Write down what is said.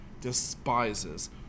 despises